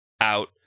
out